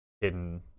hidden